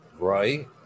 Right